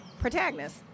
protagonist